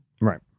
Right